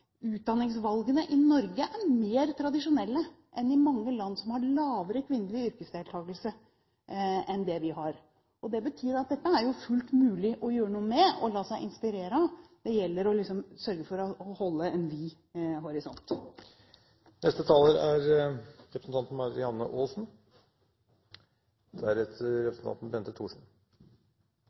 utdanningsvalgene i Norge er mer tradisjonelle enn i mange land som har lavere kvinnelig yrkesdeltakelse enn det vi har. Det betyr at dette er det fullt mulig å gjøre noe med og la seg inspirere av. Det gjelder å sørge for å holde en vid horisont. Visjonen til Arbeiderpartiet når det gjelder skole, er